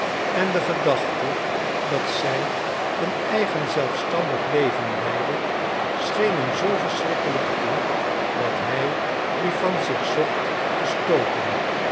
en de gedachte dat zij een eigen zelfstandig leven leidde scheen hem zoo verschrikkelijk toe dat hij die van zich zocht te stooten